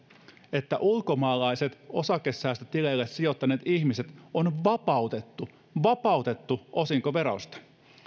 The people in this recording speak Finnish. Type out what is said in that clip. että ulkomaalaiset osakesäästötileille sijoittaneet ihmiset on vapautettu vapautettu osinkoverosta